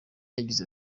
yagize